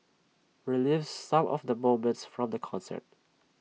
relives some of the moments from the concert